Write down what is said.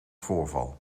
voorval